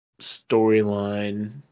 storyline